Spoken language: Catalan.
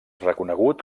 reconegut